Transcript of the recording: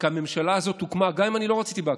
כי הממשלה הזאת הוקמה, גם אם אני לא רציתי בהקמתה,